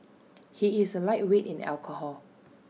he is A lightweight in alcohol